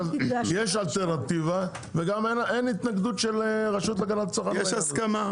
יש אלטרנטיבה וגם אין התנגדות של הרשות להגנת השכר.